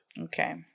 Okay